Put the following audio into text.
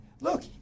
Look